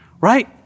right